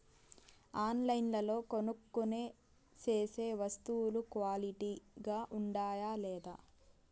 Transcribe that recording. ఆన్లైన్లో కొనుక్కొనే సేసే వస్తువులు క్వాలిటీ గా ఉండాయా లేదా?